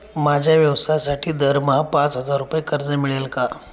माझ्या व्यवसायासाठी दरमहा पाच हजार रुपये कर्ज मिळेल का?